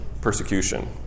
persecution